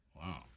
Wow